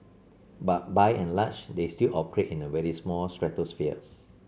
but by and large they still operate in a very small stratosphere